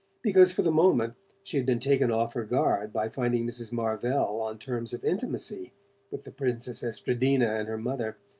because for the moment she had been taken off her guard by finding mrs. marvell on terms of intimacy with the princess estradina and her mother.